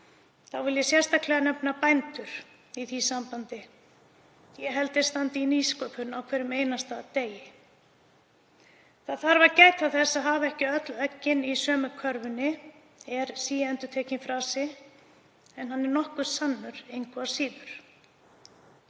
Þá vil ég sérstaklega nefna bændur í því sambandi. Ég held þeir standi í nýsköpun á hverjum einasta degi. Það þarf að gæta þess að hafa ekki öll eggin í sömu körfunni, er síendurtekinn frasi en nokkuð sannur engu að síður.